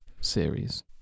series